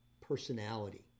personality